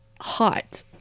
hot